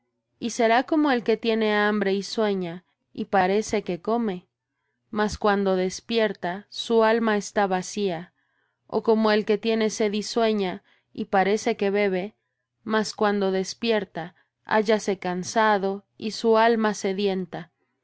y será como el que tiene hambre y sueña y parece que come mas cuando despierta su alma está vacía ó como el que tiene sed y sueña y parece que bebe mas cuando se despierta hállase cansado y su alma sedienta